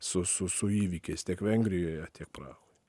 su su su įvykiais tiek vengrijoje tiek prahoje